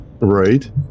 Right